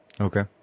Okay